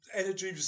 energy